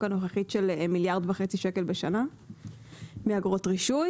הנוכחית של 1.5 מיליארד בשנה מאגרות רישוי.